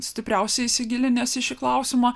stipriausiai įsigilinęs į šį klausimą